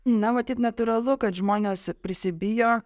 na matyt natūralu kad žmonės prisibijo